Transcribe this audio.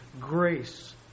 grace